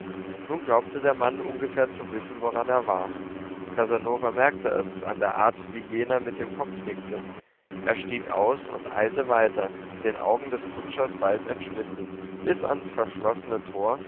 nun glaubte der mann ungefähr zu wissen woran er war casanova merkte es an der art wie jener mit dem kopf nickte er stieg aus und eilte weiter den augen des kutschers bald entschwindend bis ans verschlossene tor